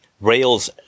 rails